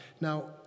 Now